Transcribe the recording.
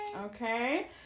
okay